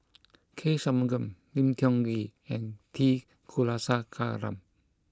K Shanmugam Lim Tiong Ghee and T Kulasekaram